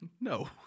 No